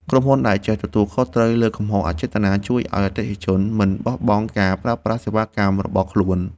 ក្រុមហ៊ុនដែលចេះទទួលខុសត្រូវលើកំហុសអចេតនាជួយឱ្យអតិថិជនមិនបោះបង់ការប្រើប្រាស់សេវាកម្មរបស់ខ្លួន។